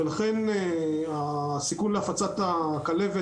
לכן הסיכון להפצת הכלבת,